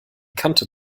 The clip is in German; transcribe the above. kante